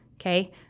Okay